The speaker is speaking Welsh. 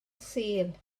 sul